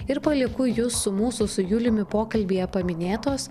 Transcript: ir palieku jus su mūsų su juliumi pokalbyje paminėtos